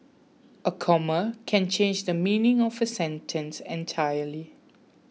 a comma can change the meaning of a sentence entirely